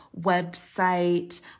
website